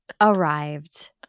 arrived